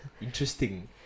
Interesting